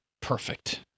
Perfect